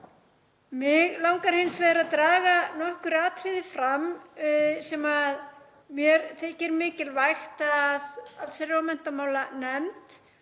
Mig langar hins vegar að draga nokkur atriði fram sem mér þykir mikilvægt að allsherjar- og